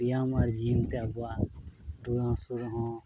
ᱵᱮᱭᱟᱢ ᱟᱨ ᱛᱮ ᱟᱵᱚᱣᱟᱜ ᱨᱩᱣᱟᱹᱼᱦᱟᱹᱥᱩ ᱦᱚᱸ